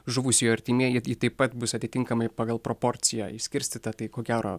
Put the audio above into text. žuvusiųjų artimieji taip pat bus atitinkamai pagal proporciją išskirstyta tai ko gero